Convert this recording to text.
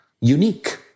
unique